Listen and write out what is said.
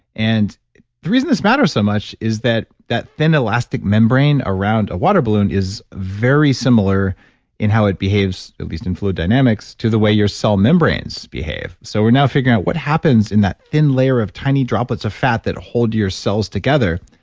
and the reason this matters so much is that that thin elastic membrane around a water balloon is very similar in how it behaves, at least in fluid dynamics, to the way your cell membranes behave. so we're now figuring out what happens in that thin layer of tiny droplets of fat that hold your cells together.